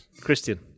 Christian